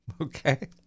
Okay